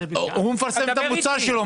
הוא מפרסם את המוצר שלו.